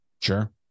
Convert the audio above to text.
Sure